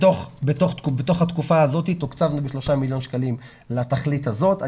בתוך התקופה הזאת תוקצבנו בשלושה מיליון שקלים לתכלית הזאת.